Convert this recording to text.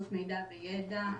שיתוף מידע וידע,